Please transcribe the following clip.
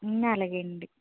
అలాగేనండి